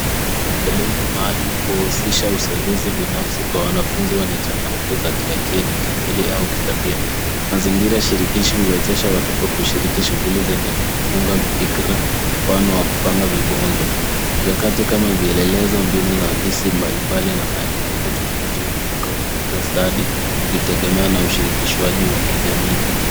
Elimu maalum uhusisha usaidizi binafsi kwa wanafunzi wenye changamoto za kiakili, kimwili au kitabia. Mazingira shirikishi huwezesha watoto kushiriki shughuli zenye kufunga fikra mfano wa kupanga vibonzo. Mikakati kama vielelezo mbinu rahisi mbalimbali na maelekezo tofauti hutumika kukuza stadi ikitegemea na ushirikishwaji wa juu wa kijamii.